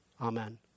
Amen